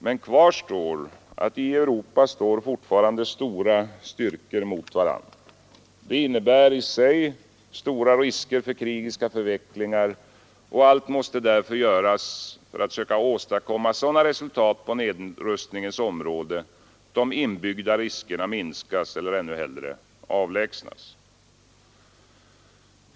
Men i Europa står fortfarande stora styrkor mot varandra. Detta innebär i sig stora risker för krigiska förvecklingar, och allt måste därför göras för att söka åstadkomma sådana resultat på nedrustningens område att de inbyggda riskerna minskas eller, ännu hellre, avlägsnas.